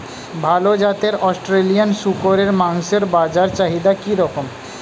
ভাল জাতের অস্ট্রেলিয়ান শূকরের মাংসের বাজার চাহিদা কি রকম?